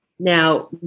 Now